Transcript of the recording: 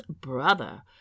brother